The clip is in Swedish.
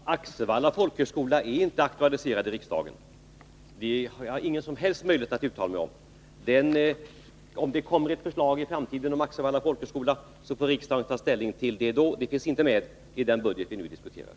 Herr talman! Axevalla folkhögskola är inte aktualiserad i riksdagen, och jag har ingen som helst möjlighet att uttala mig i den frågan. Om det kommer ett förslag i framtiden om Axevalla folkhögskola, får riksdagen ta ställning till det då. Det finns inte med i den budget vi nu diskuterar.